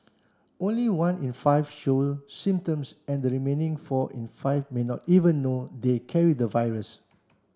only one in five show symptoms and the remaining four in five may not even know they carry the virus